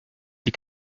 die